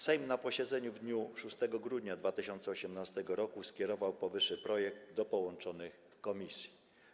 Sejm na posiedzeniu w dniu 6 grudnia 2018 r. skierował powyższy projekt do połączonych komisji.